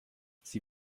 sie